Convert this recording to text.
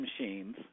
machines